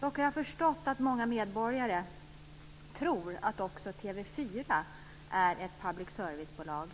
Jag har förstått att många medborgare tror att också TV 4 är ett public service-bolag.